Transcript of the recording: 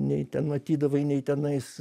nei ten matydavai nei tenais